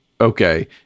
okay